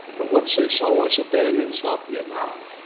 but once they saw us abandon south vietnam,